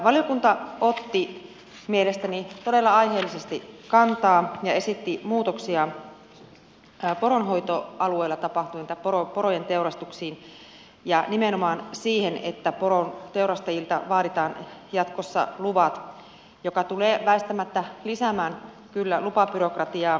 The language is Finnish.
valiokunta otti mielestäni todella aiheellisesti kantaa ja esitti muutoksia poronhoitoalueella tapahtuneisiin porojen teurastuksiin ja nimenomaan siihen että poron teurastajilta vaaditaan jatkossa luvat mikä tulee väistämättä lisäämään kyllä lupabyrokratiaa